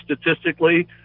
statistically